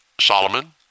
Solomon